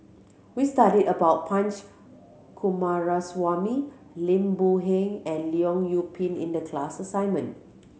we studied about Punch Coomaraswamy Lim Boon Heng and Leong Yoon Pin in the class assignment